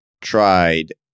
tried